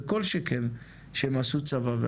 וכל שכן שהם עשו צבא.